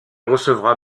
recevra